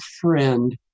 friend